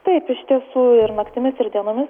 taip iš tiesų ir naktimis ir dienomis